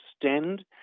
extend